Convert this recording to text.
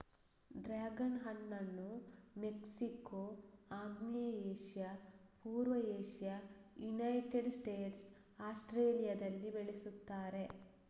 dragon ಹಣ್ಣನ್ನು Mexico, ಆಗ್ನೇಯ Asia, ಪೂರ್ವ ಏಷ್ಯಾ, ಯುನೈಟೆಡ್ ಸ್ಟೇಟ್ಸ್, ಆಸ್ಟ್ರೇಲಿಯಾದಲ್ಲಿ ಬೆಳೆಸುತ್ತಾರೆ